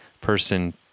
person